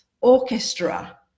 orchestra